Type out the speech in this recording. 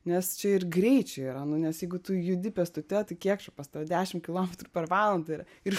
nes čia ir greičiai yra nu nes jeigu tu judi pėstute tai kiek čia pas tave dešimt kilometrų per valandą yra ir